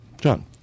John